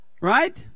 Right